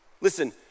Listen